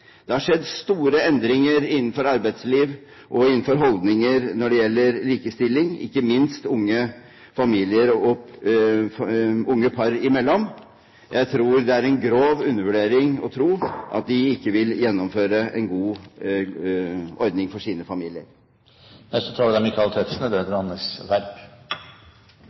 Det har skjedd store endringer innenfor arbeidsliv og i holdninger til likestilling, ikke minst gjelder det unge familier og unge par imellom. Jeg tror det er en grov undervurdering å tro at de ikke vil gjennomføre en god ordning for sine familier. En del talere har vært inne på likestillingsaspektet. Jeg tror kanskje, med all respekt for velferdsordningene, at det